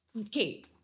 Okay